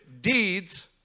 deeds